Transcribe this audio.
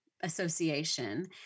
association